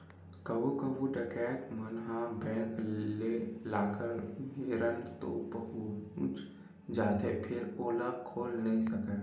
कभू कभू डकैत मन ह बेंक के लाकर मेरन तो पहुंच जाथे फेर ओला खोल नइ सकय